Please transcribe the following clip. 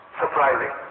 Surprising